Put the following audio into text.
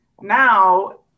now